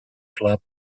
club